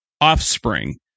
offspring